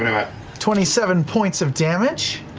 twenty seven points of damage.